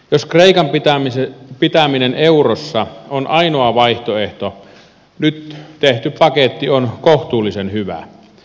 jos kreikan pitäminen eurossa on ainoa vaihtoehto nyt tehty paketti on kohtuullisen hyvä